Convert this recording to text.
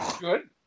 Good